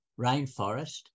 rainforest